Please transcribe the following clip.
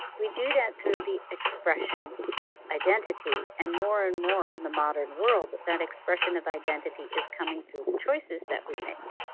we do that through the expression of identity. and more and more in the modern world, that that expression of identity is coming through the choices that we make.